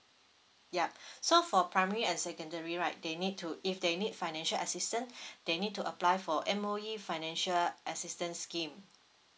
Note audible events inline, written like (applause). yup so for primary and secondary right they need to if they need financial assistance (breath) they need to apply for M_O_E financial assistance scheme